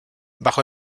bajo